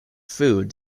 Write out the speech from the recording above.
food